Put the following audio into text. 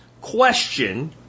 question